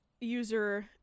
user